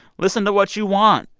listen to what you want.